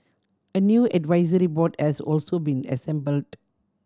a new advisory board has also been assembled